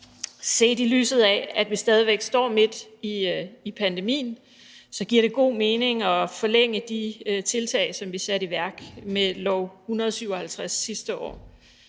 set i lyset af at vi stadig væk står midt i pandemien, giver det god mening at forlænge de tiltag, som vi satte i værk med L 157 sidste år.